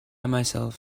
myself